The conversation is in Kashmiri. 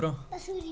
برٛونٛہہ